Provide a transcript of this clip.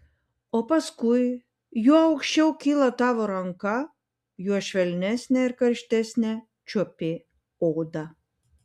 o paskui juo aukščiau kyla tavo ranka juo švelnesnę ir karštesnę čiuopi odą